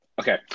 Okay